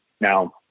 Now